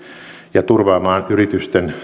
ja turvaamaan yritysten